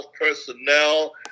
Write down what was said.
personnel